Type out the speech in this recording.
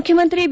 ಮುಖ್ಯಮಂತ್ರಿ ಬಿ